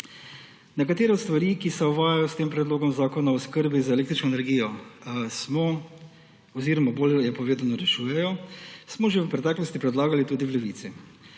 Nekatere od stvari, ki se uvajajo s Predlogom zakona o oskrbi z električno energijo oziroma bolje povedano rešujejo, smo že v preteklosti predlagali tudi v Levici,